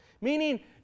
Meaning